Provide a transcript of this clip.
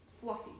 fluffy